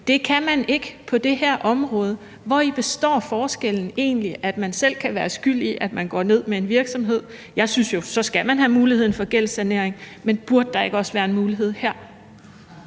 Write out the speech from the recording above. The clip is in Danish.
Det kan man ikke på det her område. Hvori består forskellen egentlig, altså at man selv kan være skyld i, at man går ned med en virksomhed? Jeg synes jo, at man så skal have muligheden for gældssanering. Men burde der ikke også være en mulighed her?